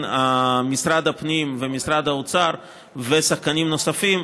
משרד הפנים ומשרד האוצר ושחקנים נוספים,